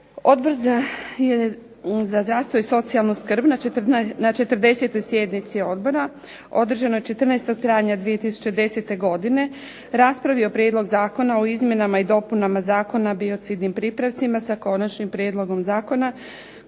Odbor za zdravstvo i socijalnu skrb je na 40. sjednici odbora održanoj 14. travnja 2010. godine raspravio Prijedlog zakona o izmjenama i dopunama Zakona o biocidnim pripravcima s Konačnim prijedlogom zakona